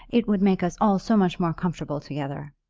it would make us all so much more comfortable together.